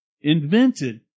invented